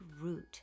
root